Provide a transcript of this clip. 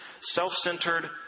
self-centered